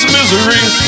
Misery